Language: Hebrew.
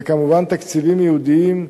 וכמובן, תקציבים ייעודיים,